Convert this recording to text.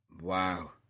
Wow